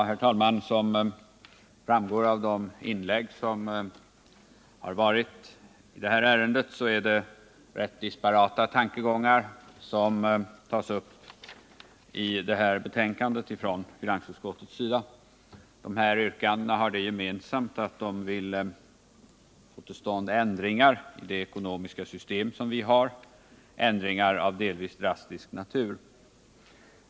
Herr talman! Som framgått av inläggen i detta ärende är det rätt disparata tankegångar som tas upp i detta betänkande från finansutskottet. Yrkandena har det gemensamt att de går ut på ändringar — av delvis drastisk natur — i det ekonomiska system vi har.